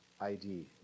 ID